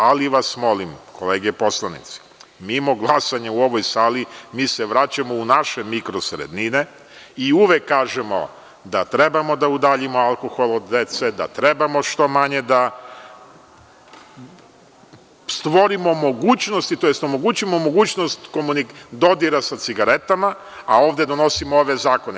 Ali, vas molim, kolege poslanici, mi imamo glasanje u ovoj sali, mi se vraćamo u naše mikrosredine, i uvek kažemo da trebamo da udaljimo alkohol od dece, da trebamo što manje stvorimo mogućnosti, tj. onemogućimo mogućnost dodira sa cigaretama, a ovde donosimo ove zakone.